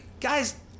guys